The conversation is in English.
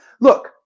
look